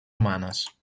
humanes